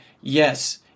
yes